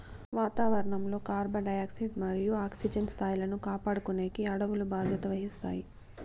వాతావరణం లో carbon dioxide మరియు ఆక్సిజన్ స్థాయిలను కాపాడుకునేకి అడవులు బాధ్యత వహిస్తాయి